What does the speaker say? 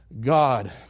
God